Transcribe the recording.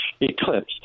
eclipse